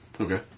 Okay